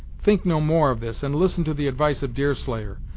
think no more of this, and listen to the advice of deerslayer,